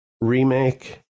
remake